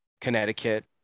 Connecticut